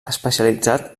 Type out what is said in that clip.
especialitzat